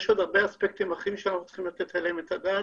יש עוד הרבה אספקטים אחרים שאנחנו צריכים לתת עליהם את הדעת,